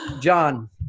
John